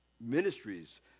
ministries